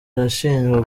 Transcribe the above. irashinjwa